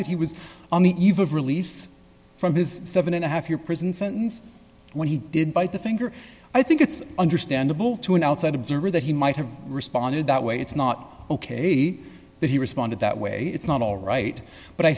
that he was on the eve of release from his seven and a half year prison sentence when he did bite the finger i think it's understandable to an outside observer that he might have responded that way it's not ok he that he responded that way it's not all right but i